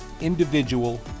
individual